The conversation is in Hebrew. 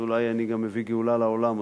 אז אולי אני גם מביא גאולה לעולם,